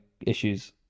issues